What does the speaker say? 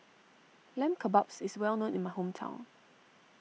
Lamb Kebabs is well known in my hometown